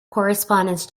correspondence